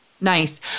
nice